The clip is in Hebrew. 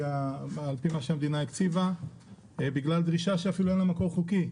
מה שהמדינה הקציבה בגלל דרישה שאפילו אין לה מקור חוקי.